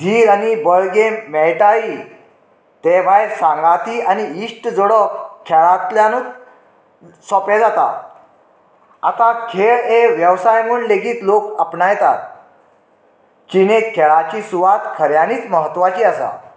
धीर आनी बळगें मेळटायी ते भायर सांगाती आनी इश्ट जोडप खेळांतल्यानूच सोपें जाता आतां खेळ हे वेवसाय म्हूण लेगीत लोक आपणायतात जिणेक खेळाची सुवात खऱ्यानीच म्हत्वाची आसा